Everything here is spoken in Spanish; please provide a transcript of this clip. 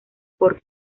por